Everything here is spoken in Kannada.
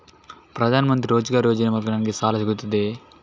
ಪ್ರದಾನ್ ಮಂತ್ರಿ ರೋಜ್ಗರ್ ಯೋಜನೆ ಮೂಲಕ ನನ್ಗೆ ಸಾಲ ಸಿಗುತ್ತದೆಯೇ?